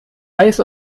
eis